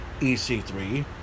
EC3